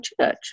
church